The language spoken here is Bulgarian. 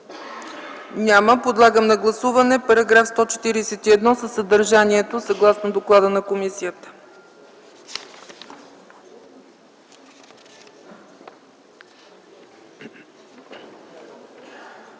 Няма. Подлагам на гласуване § 141 по съдържанието съгласно доклада на комисията.